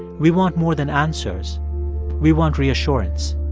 we want more than answers we want reassurance